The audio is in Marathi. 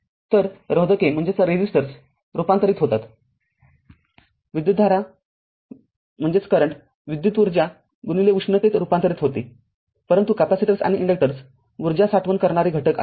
तर रोधके रूपांतरित होतात विद्युतधारा विद्युत ऊर्जा उष्णतेत रूपांतरित होतेपरंतु कॅपेसिटर आणि इंडक्टर्स ऊर्जा साठवण करणारे घटक आहेत